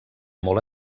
molt